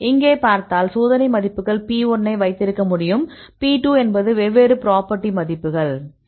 இங்கே பார்த்தால் சோதனை மதிப்புகள் P1 ஐ வைத்திருக்க முடியும் P2 என்பது வெவ்வேறு புரோபர்டி மதிப்புகள்